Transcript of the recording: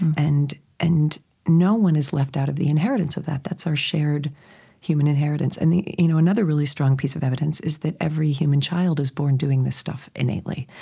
and and no one is left out of the inheritance of that that's our shared human inheritance and you know another really strong piece of evidence is that every human child is born doing this stuff innately.